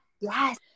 Yes